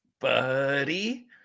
buddy